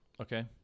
Okay